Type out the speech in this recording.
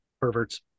Perverts